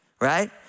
Right